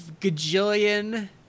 gajillion